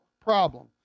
problem